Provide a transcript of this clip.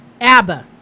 ABBA